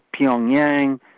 Pyongyang